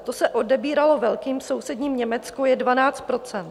To se odebíralo velkým, v sousedním Německu je 12 %.